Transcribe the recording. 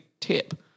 tip